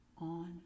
on